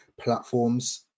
platforms